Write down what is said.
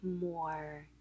more